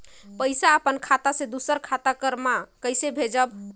पइसा अपन खाता से दूसर कर खाता म कइसे भेजब?